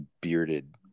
bearded